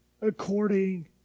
according